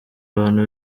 abantu